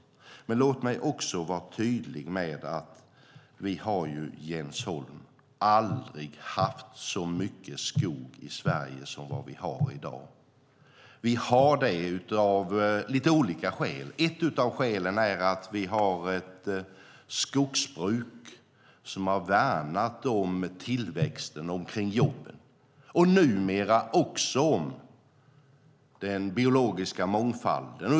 Men, Jens Holm, låt mig också vara tydlig med att vi aldrig har haft så mycket skog i Sverige som i dag. Vi har det av olika skäl. Ett av skälen är att vi har ett skogsbruk som har värnat om tillväxten och jobben - och numera också om den biologiska mångfalden.